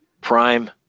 Prime